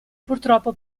purtroppo